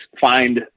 find